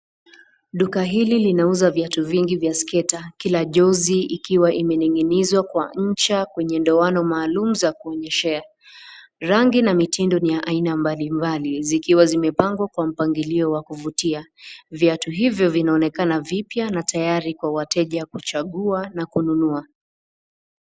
Duka hili linauza viatu vingi vya skater kila jozi ikiwa imening'izwa kwa ncha kwenye doano maalum za kuonyeshea. Rangi na mitindo ni ya aina mbalimbali zikiwa zimepangwa kwa mpangilio wa kuvutia. Viatu hivyo vinaonekana vipya na tayari kwa wateja kuchagua na kununua.